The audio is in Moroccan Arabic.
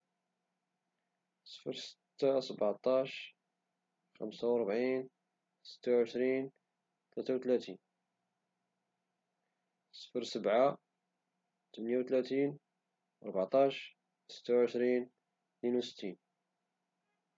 صفر ستة، سبعطاش، خمسة وربعين، ستة وعشرين، ثلاثة وثلاثين / صفر سبعة، تمانية وثلاثين، ربعطاش، ستة وعشرين، تنين وستين